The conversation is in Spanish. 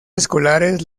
escolares